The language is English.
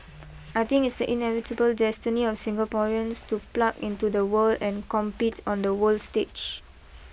I think it's the inevitable destiny of Singaporeans to plug into the world and compete on the world stage